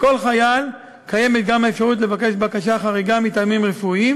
לכל חייל קיימת גם האפשרות לבקש בקשה חריגה מטעמים רפואיים,